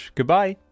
goodbye